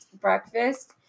breakfast